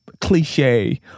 cliche